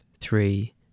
Three